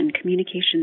communication